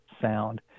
sound